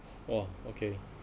!whoa! okay